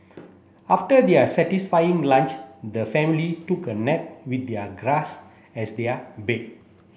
after their satisfying lunch the family took a nap with their grass as their bed